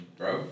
bro